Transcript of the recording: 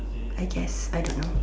I guess I don't know